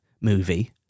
movie